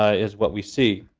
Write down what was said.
ah is what we see,